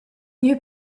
gnü